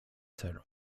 celu